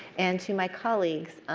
and to my colleagues,